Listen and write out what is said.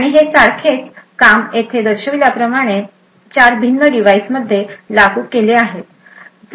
आणि हे सारखेच काम येथे दर्शविल्याप्रमाणे 4 भिन्न डिव्हाइसमध्ये लागू केले गेले आहे